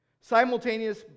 Simultaneous